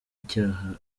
icyaha